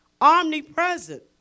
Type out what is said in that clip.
omnipresent